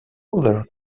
other